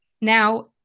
Now